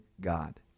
God